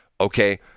Okay